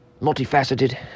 Multifaceted